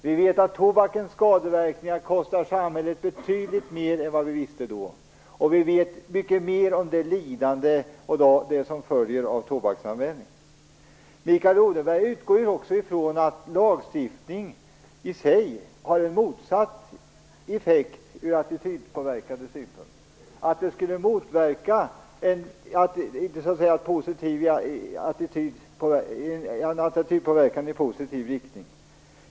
Vi vet att tobakens skadeverkningar kostar samhället betydligt mer än vad vi visste då, och vi vet mycket mer om det lidande som följer av tobaksanvändning. Mikael Odenberg utgår ju också från att lagstiftning i sig har en motsatt effekt från attitydpåverkande synpunkt, att det inte skulle ge en attitydpåverkan i positiv riktning.